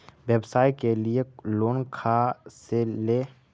व्यवसाय के लिये लोन खा से ले?